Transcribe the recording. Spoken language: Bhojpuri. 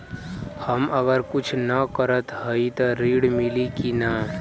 हम अगर कुछ न करत हई त ऋण मिली कि ना?